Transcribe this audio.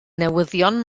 newyddion